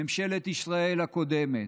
ממשלת ישראל הקודמת.